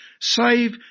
save